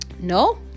No